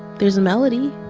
there's a melody.